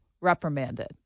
reprimanded